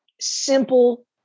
simple